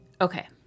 Okay